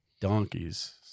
donkeys